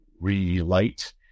relight